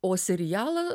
o serialą